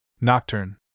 Nocturne